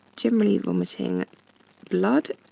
generally, vomiting blood.